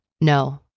No